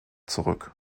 zurück